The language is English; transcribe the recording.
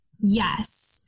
Yes